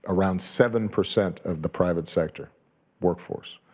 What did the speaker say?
around seven percent of the private sector workforce.